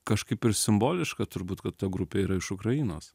kažkaip ir simboliška turbūt kad ta grupė yra iš ukrainos